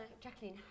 Jacqueline